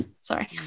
Sorry